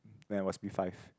when I was P five